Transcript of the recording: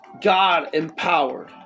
God-empowered